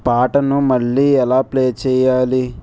పాటను మళ్ళీ ఎలా ప్లే చెయ్యాలి